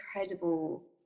incredible